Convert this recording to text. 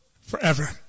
forever